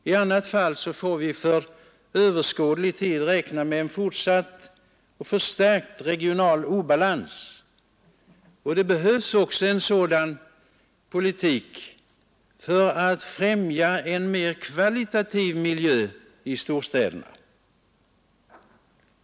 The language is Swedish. I annat fall får vi för överskådlig tid räkna med en fortsatt och förstärkt regional obalans. Det behövs också en sådan politik för att främja en mer kvalitativ miljö i storstäderna.